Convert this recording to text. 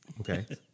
Okay